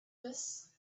this